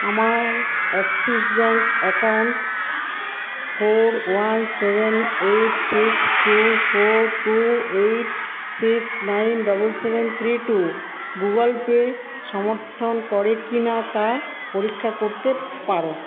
আমার Axis bank account four one seven eight six two four two eight six nine double seven three two Google Pay সমর্থন করে কি না তা পরীক্ষা করতে পারো